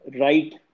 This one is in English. right